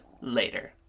later